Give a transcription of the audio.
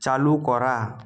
চালু করা